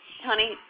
honey